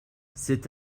c’est